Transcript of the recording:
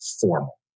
formal